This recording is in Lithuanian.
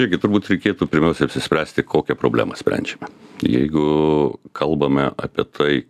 taigi turbūt reikėtų pirmiausia apsispręsti kokią problemą sprendžiame jeigu kalbame apie tai